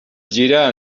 gira